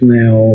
now